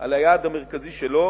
על היעד המרכזי שלו,